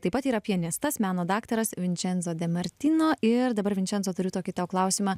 taip pat yra pianistas meno daktaras vinčenzo de martino ir dabar vinčenzo turiu tokį klausimą